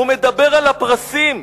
הוא מדבר על הפרסים,